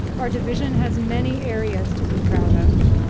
our division has many areas to be proud of.